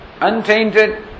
untainted